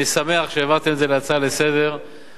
אני שמח שהעברתם את זה להצעה לסדר-היום.